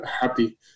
happy